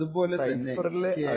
അതുപോലെതന്നെ K1 K0 അങ്ങനെ പോകുന്നു